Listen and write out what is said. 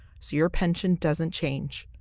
so your pension doesn't change.